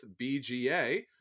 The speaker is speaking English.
BGA